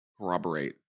corroborate